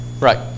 Right